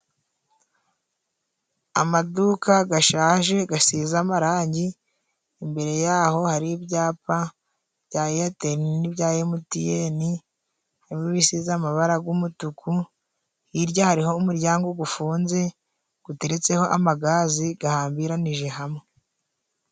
Amaduka gashaje gasize amarangi, imbere yaho hari ibyapa bya Eyateli n'ibya Emutiyeni harimo ibisize amabara g'umutuku. Hirya hariho umuryango gufunze guteretseho amagazi gahambiranije hamwe.